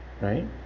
right